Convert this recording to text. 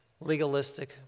legalistic